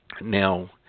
Now